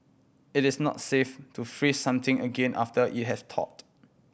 it is not safe to freeze something again after it has thawed